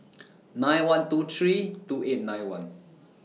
nine one two three two eight nine one